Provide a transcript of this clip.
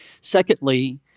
Secondly